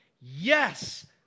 Yes